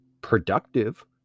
productive